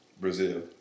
Brazil